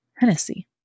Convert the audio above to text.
Hennessy